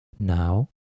Now